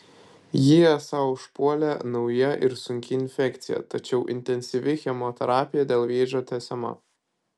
jį esą užpuolė nauja ir sunki infekcija tačiau intensyvi chemoterapija dėl vėžio tęsiama